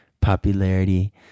popularity